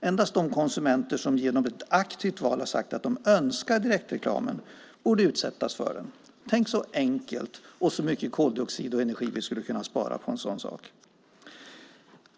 Endast de konsumenter som genom ett aktivt val har sagt att de önskar direktreklamen borde utsättas för den. Tänk så enkelt, och så mycket koldioxid och energi vi skulle kunna spara på en sådan sak!